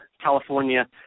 California